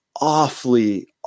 awfully